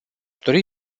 dori